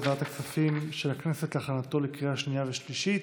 לוועדת הכספים של הכנסת להכנתה לקריאה שנייה ושלישית.